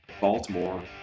Baltimore